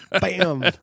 Bam